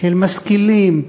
של משכילים,